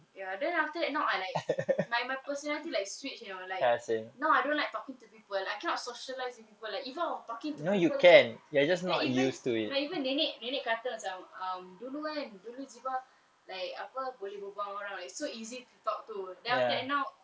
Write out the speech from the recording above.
ya then after that I like my my personality like switch you know like now I don't like talking to people I cannot socialize with people like even I talking to people then even no even nenek nenek kata macam um dulu kan dulu ziba like apa boleh berbual right so easy to to talk to then after that now